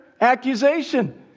accusation